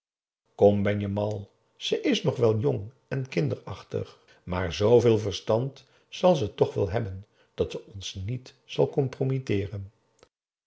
kom ben je mal ze is nog wel jong en kinderachtig maar zveel verstand zal ze toch wel hebben dat ze ons niet zal